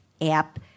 app